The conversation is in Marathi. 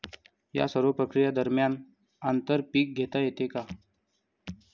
या सर्व प्रक्रिये दरम्यान आंतर पीक घेता येते का?